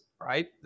right